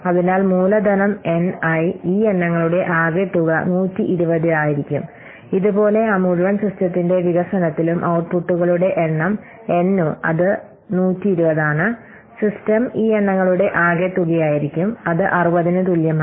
അതിനാൽ മൂലധനം N i ഈ എണ്ണങ്ങളുടെ ആകെത്തുക 120 ആയിരിക്കും ഇതുപോലെ ആ മുഴുവൻ സിസ്റ്റത്തിൻറെ വികസനത്തിലും ഔട്ട്പുട്ടുകളുടെ എണ്ണം എൻ ഓ അത് 120 ആണ് സിസ്റ്റം ഈ എണ്ണങ്ങളുടെ ആകെത്തുകയായിരിക്കും അത് 60 ന് തുല്യമാണ്